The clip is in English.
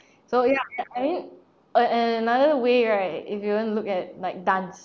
so ya I mean an~ another way right if you want to look at like dance